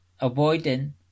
avoiding